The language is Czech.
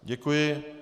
Děkuji.